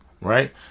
right